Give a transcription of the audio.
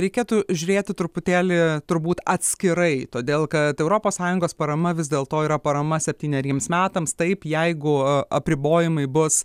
reikėtų žiūrėti truputėlį turbūt atskirai todėl kad europos sąjungos parama vis dėlto yra parama septyneriems metams taip jeigu apribojimai bus